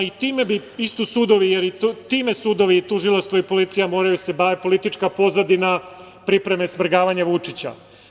I time bi isto sudovi, time sudovi, tužilaštva i policija moraju da se bave, politička pozadina pripreme svrgavanja Vučića.